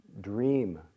dream